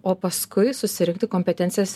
o paskui susirinkti kompetencijas